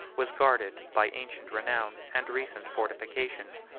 was guarded by ancient renown, and recent fortifications,